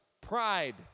pride